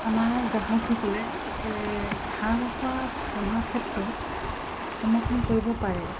আমাৰ গ্ৰাহকসকলে হাঁহ কুকুৰা পোহাৰ ক্ষেত্ৰত সমৰ্থন কৰিব পাৰে